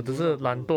你怎么知道 confirm